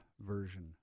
version